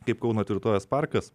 kaip kauno tvirtovės parkas